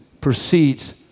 proceeds